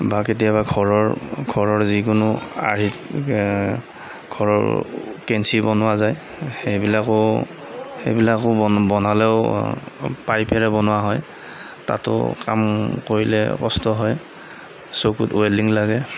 বা কেতিয়াবা ঘৰৰ ঘৰৰ যিকোনো আৰ্হিত ঘৰৰ কেঁচি বনোৱা যায় সেইবিলাকো সেইবিলাকো বনালেও পাইপেৰে বনোৱা হয় তাতো কাম কৰিলে কষ্ট হয় চকুত ৱেল্ডিং লাগে